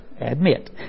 admit